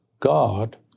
God